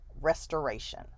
restoration